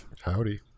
howdy